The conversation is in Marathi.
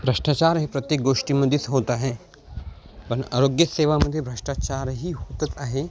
भ्रष्टाचार हे प्रत्येक गोष्टीमध्येच होत आहे पण आरोग्य सेवामध्ये भ्रष्टाचारही होतच आहे